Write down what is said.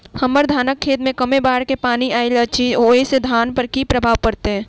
हम्मर धानक खेत मे कमे बाढ़ केँ पानि आइल अछि, ओय सँ धान पर की प्रभाव पड़तै?